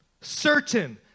certain